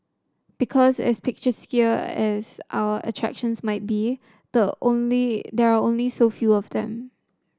because as picturesque as our attractions might be the only there are only so few of them